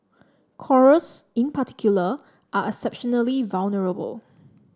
corals in particular are exceptionally vulnerable